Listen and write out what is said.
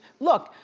look.